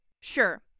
sure